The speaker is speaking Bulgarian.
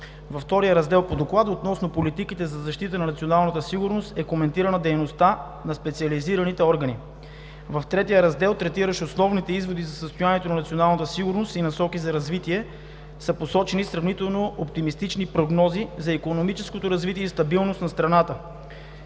Във Втория раздел на Доклада относно политиките за защита на националната сигурност е коментирана дейността на специализираните органи. В Третия раздел, третиращ основни изводи за състоянието на националната сигурност и насоки за развитие, са посочени сравнително оптимистични прогнози за икономическо развитие и стабилност на страната.